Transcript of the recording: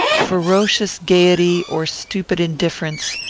ferocious gayety, or stupid indifference,